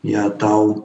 ją tau